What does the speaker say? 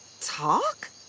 talk